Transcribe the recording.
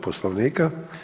Poslovnika.